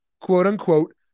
quote-unquote